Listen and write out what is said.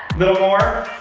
little more.